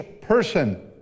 person